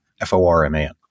F-O-R-M-A-N